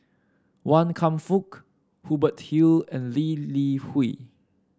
Wan Kam Fook Hubert Hill and Lee Li Hui